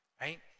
right